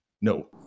No